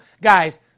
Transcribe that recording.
guys